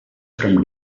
from